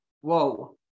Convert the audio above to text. Whoa